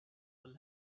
will